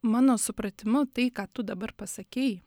mano supratimu tai ką tu dabar pasakei